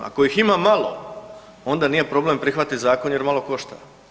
Ako ih ima malo, onda nije problem prihvatiti zakon jer malo košta.